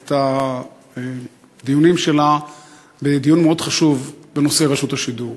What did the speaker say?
את הדיונים שלה בדיון מאוד חשוב בנושא רשות השידור.